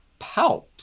palps